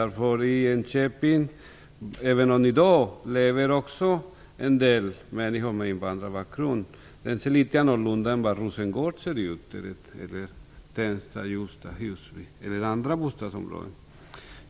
Redan i dag lever också i Enköping en del människor med invandrarbakgrund. Men det ser litet annorlunda ut än vad det gör i Rosengård, Tensta, Hjulsta, Husby eller andra bostadsområden.